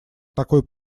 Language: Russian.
такой